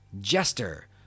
Jester